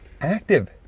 active